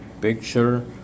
picture